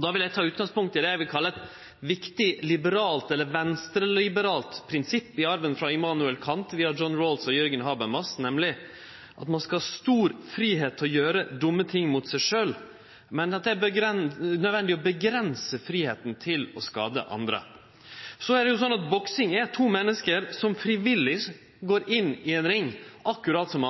Då vil eg ta utgangspunkt i det eg vil kalle eit viktig liberalt eller venstreliberalt prinsipp i arven frå Immanuel Kant, via John Rawls og Jürgen Habermas, nemleg at ein skal ha stor fridom til å gjere dumme ting mot seg sjølv, men det er nødvendig å avgrense fridomen til å skade andre. Det er sånn at i boksing går to menneske inn i ein ring frivillig, akkurat som